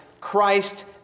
Christ